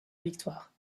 victoire